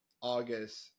August